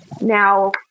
Now